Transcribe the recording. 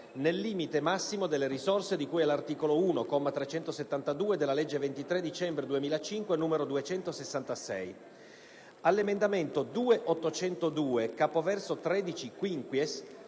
«nel limite massimo delle risorse di cui all'articolo 1, comma 372, della legge 23 dicembre 2005, n. 266»; - all'emendamento 2.802, capoverso 13-*quinquies*,